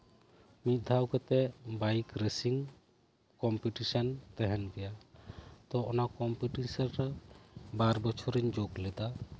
ᱢᱤᱫ ᱫᱷᱟᱣ ᱠᱟᱛᱮᱫ ᱵᱟᱭᱤᱠ ᱨᱮᱥᱤᱝ ᱦᱮᱯᱨᱟᱣ ᱛᱮᱦᱮᱸᱱ ᱜᱮᱭᱟ ᱛᱚ ᱚᱱᱟ ᱦᱮᱯᱨᱟᱣ ᱨᱮ ᱵᱟᱨ ᱥᱮᱨᱢᱟᱭᱤᱧ ᱥᱮᱞᱮᱫ ᱞᱮᱫᱟ